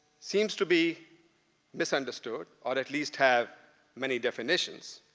seems to be misunderstood, or at least have many definitions.